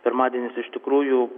pirmadienis iš tikrųjų